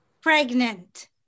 Pregnant